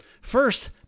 First